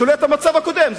שולט המצב הקודם.